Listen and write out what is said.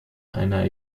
einer